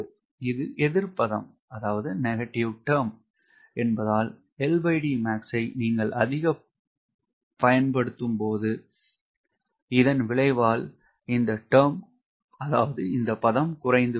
இது எதிர் பதம் என்பதால் ஐ நீங்கள் அதிக படுத்தும்போது இதன் விளைவால் இந்த பதம் குறைந்து விடும்